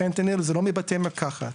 הפנטניל זה לא מבתי מרקחת